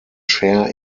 share